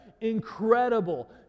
incredible